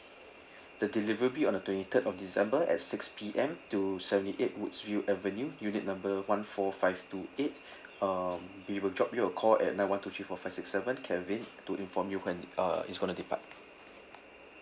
the delivery on the twenty third of december at six P_M to seventy eight woodsville avenue unit number one four five two eight um we will drop you a call at nine one two three four five six seven kevin to inform you when uh it's going to depart